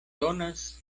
donas